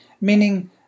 meaning